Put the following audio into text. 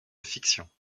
fiction